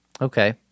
okay